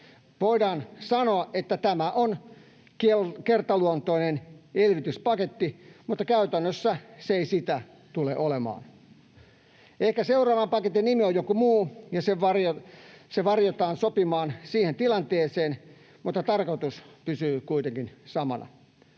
Voidaan sanoa, että tämä on kertaluontoinen elvytyspaketti, mutta käytännössä se ei sitä tule olemaan. Ehkä seuraavan paketin nimi on joku muu, ja se verhotaan sopimaan siihen tilanteeseen, mutta tarkoitus pysyy kuitenkin samana.